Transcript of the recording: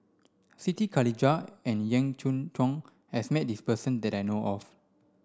Siti Khalijah and Yee Jenn Jong has met this person that I know of